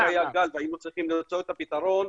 היה גל והיינו צריכים למצוא את הפתרון,